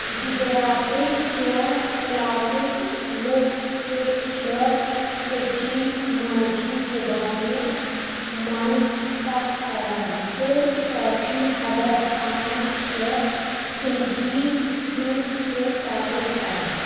گجراتٕکۍ کنیٛہہ علاقٕکۍ لُکھ تہِ چھِ کچھی ماجہِ زُبانہِ منٛز کتھ کران تہٕ کٲفی حدس تام چھِ سندھی ہنٛز تہِ تعریٖف کَران